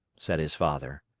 said his father.